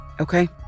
Okay